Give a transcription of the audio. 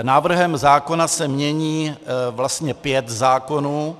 Návrhem zákona se mění vlastně pět zákonů.